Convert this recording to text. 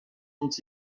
dont